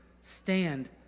stand